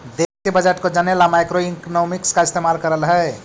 देश के बजट को जने ला मैक्रोइकॉनॉमिक्स का इस्तेमाल करल हई